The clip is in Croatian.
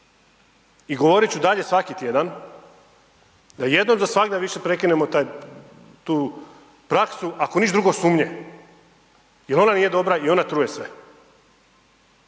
i govorit ću dalje svaki tjedan da jednom za svagda više prekinemo tu praksu, ako ništa drugo sumnje, jel ona nije dobra i ona truje sve.